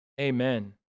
Amen